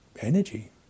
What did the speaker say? energy